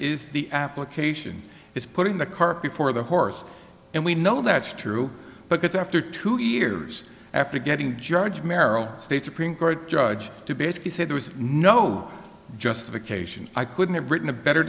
is the application is putting the cart before the horse and we know that's true because after two years after getting the judge maryland state supreme court judge to basically say there was no justification i couldn't have written a better